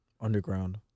Underground